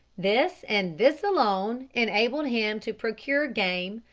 this, and this alone, enabled him to procure game,